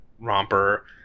romper